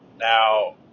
Now